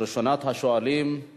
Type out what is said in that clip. ראשונת השואלים היא